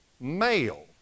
male